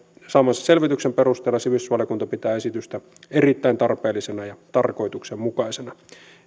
saamansa selvityksen perusteella sivistysvaliokunta pitää esitystä erittäin tarpeellisena ja tarkoituksenmukaisena